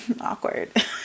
awkward